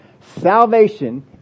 Salvation